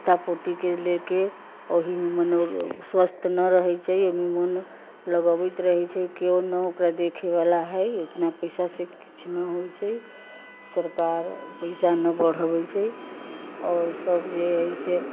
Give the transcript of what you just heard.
पोता पोतीके लेके ओहिमे मनोरथ स्वस्थ नहि रहैत छै मन लगबैत रहैत छै केओ नहि ओकरा देखैबाला हइ ओतना पैसासँ किछु नहि होइत छै सरकार पैसा नहि बढ़बैत छै आओर सभ जे हइ से